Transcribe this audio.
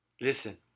Listen